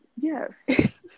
yes